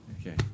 Okay